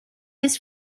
his